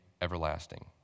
everlasting